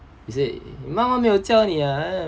he said 你妈妈没有教你 ah